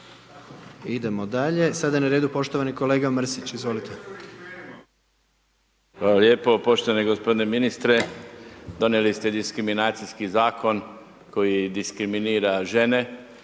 Idemo dalje. Sada je na redu poštovani kolega Mrsić. Izvolite. **Mrsić, Mirando (Demokrati)** Hvala lijepo. Poštovani gospodine ministre donijeli ste diskriminacijski zakon koji diskriminira žene